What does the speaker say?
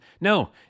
No